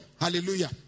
Hallelujah